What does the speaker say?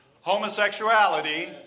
Homosexuality